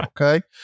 Okay